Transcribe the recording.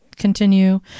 continue